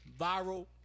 Viral